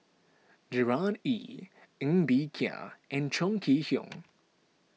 Gerard Ee Ng Bee Kia and Chong Kee Hiong